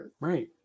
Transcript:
right